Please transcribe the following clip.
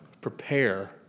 Prepare